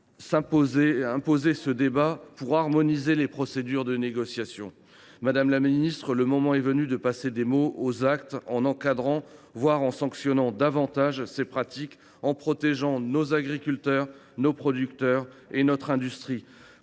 s’imposer et imposer ce débat pour harmoniser les procédures de négociation. Madame la ministre, le moment est venu de passer des mots aux actes en encadrant, voire en sanctionnant davantage de telles pratiques et en protégeant nos agriculteurs, nos producteurs et notre industrie,